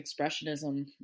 expressionism